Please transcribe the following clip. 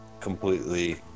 completely